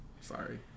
sorry